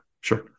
sure